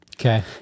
Okay